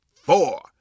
four